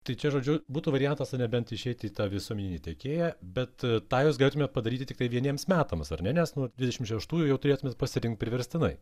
tai čia žodžiu būtų variantas na nebent išeit į tą visuomeninį tiekėją bet tą jūs galėtumėt padaryti tik tai vieniems metams ar ne nes nu dvidešim šeštųjų jau turėtumėt pasirinkt priverstinai